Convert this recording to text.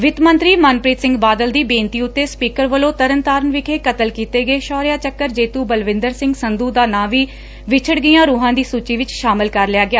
ਵਿੱਤ ਮੰਤਰੀ ਮਨਪ੍ਰੀਤ ਸਿੰਘ ਬਾਦਲ ਦੀ ਬੇਨਤੀ ਉੱਤੇ ਸਪੀਕਰ ਵੱਲੋਂ ਤਰਨਤਾਰਨੱ ਵਿਖੇ ਕਤਲ ਕੀਤੇ ਗਏ ਸ਼ੋਰਿਆ ਚੱਕਰ ਜੇਤੁ ਬਲਵਿੰਦਰ ਸਿੰਘ ਸੰਧੁ ਦਾ ਨਾਂ ਵੀ ਵਿੱਛੜ ਗਈਆਂ ਰੁਹਾਂ ਦੀ ਸੁਚੀ ਵਿੱਚ ਸ਼ਾਮਿਲ ਕਰ ਲਿਆ ਗਿਆ